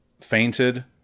fainted